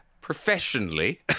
professionally